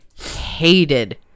hated